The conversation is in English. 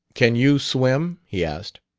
can you swim? he asked.